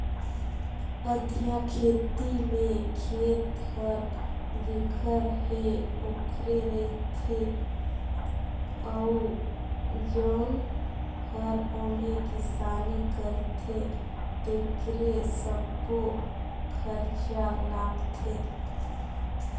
अधिया खेती में खेत हर जेखर हे ओखरे रथे अउ जउन हर ओम्हे किसानी करथे तेकरे सब्बो खरचा लगथे